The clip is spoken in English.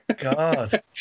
God